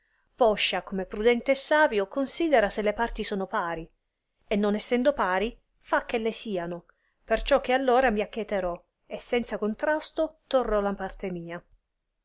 poscia come prudente e savio considera se le parti sono pari e non essendo pari fa ch'elle siano perciò che all'ora mi accheterò e senza contrasto torrò la parte mia